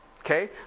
Okay